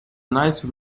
nice